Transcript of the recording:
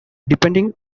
depending